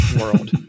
world